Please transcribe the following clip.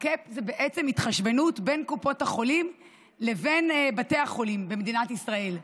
ה-cap זה בעצם התחשבנות בין קופות החולים לבין בתי החולים במדינת ישראל.